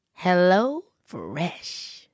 HelloFresh